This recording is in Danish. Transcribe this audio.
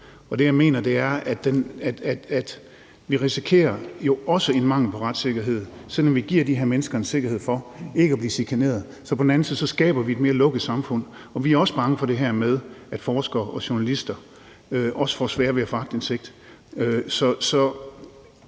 og det, jeg mener, er, at vi jo også risikerer en mangel på retssikkerhed. Selv om vi giver de her mennesker en sikkerhed for ikke at blive chikaneret, skaber vi på den anden side et mere lukket samfund. Vi er også bange for det her med, at forskere og journalister også får sværere ved at få aktindsigt.